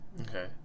Okay